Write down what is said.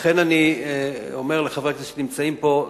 לכן אני אומר לחברי הכנסת שנמצאים פה,